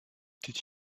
did